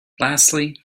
lastly